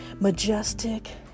majestic